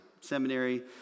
seminary